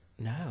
No